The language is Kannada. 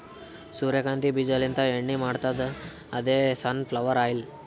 ಸೂರ್ಯಕಾಂತಿ ಬೀಜಾಲಿಂತ್ ಎಣ್ಣಿ ಮಾಡ್ತಾರ್ ಅದೇ ಸನ್ ಫ್ಲವರ್ ಆಯಿಲ್